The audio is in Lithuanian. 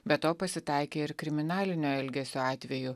be to pasitaikė ir kriminalinio elgesio atvejų